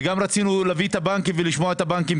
וגם רצינו להביא את הבנקים ולשמוע את הבנקים